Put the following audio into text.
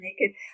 naked